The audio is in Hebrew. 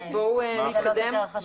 ולכן באה הוועדה לגלות את ערך השקיפות.